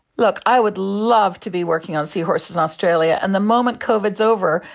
look, i would love to be working on seahorses in australia, and the moment covid is over,